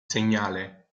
segnale